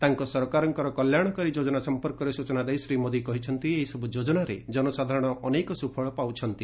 ତାଙ୍କ ସରକାରଙ୍କ କଲ୍ୟାଣକାରୀ ଯୋଜନା ସମ୍ପର୍କରେ ସୂଚନା ଦେଇ ଶ୍ରୀ ମୋଦି କହିଛନ୍ତି ଏହିସବୁ ଯୋଜନାରେ ଜନସାଧାରଣ ଅନେକ ସ୍ୱଫଳ ପାଉଛନ୍ତି